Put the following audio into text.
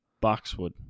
boxwood